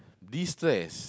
destress